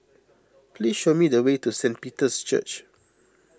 please show me the way to Saint Peter's Church